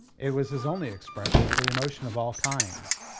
it was his only expression for emotion of all kinds.